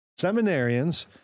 Seminarians